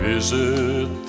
Visit